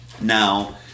Now